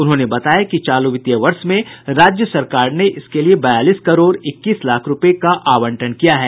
उन्होंने बताया कि चालू वित्तीय वर्ष में राज्य सरकार ने इसके लिए बयालीस करोड़ इक्कीस लाख रूपये का आवंटन किया है